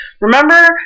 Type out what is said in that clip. Remember